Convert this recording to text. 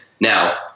Now